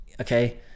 okay